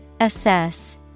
Assess